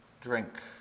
drink